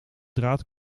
draad